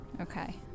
Okay